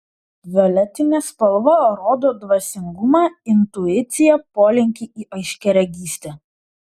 violetinė spalva rodo dvasingumą intuiciją polinkį į aiškiaregystę